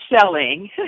selling